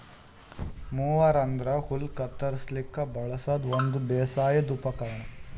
mower ಅಂದ್ರ ಹುಲ್ಲ್ ಕತ್ತರಸ್ಲಿಕ್ ಬಳಸದ್ ಒಂದ್ ಬೇಸಾಯದ್ ಉಪಕರ್ಣ್